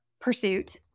pursuit